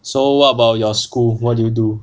so what about your school what do you do